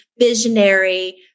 visionary